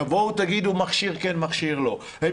תבואו תגידו מכשיר כן מכשיר לא,